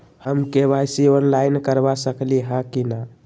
हम KYC online करवा सकली ह कि न?